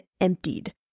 emptied